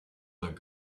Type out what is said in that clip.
that